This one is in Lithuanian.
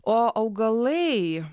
o augalai